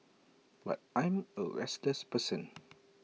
but I'm A restless person